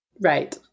Right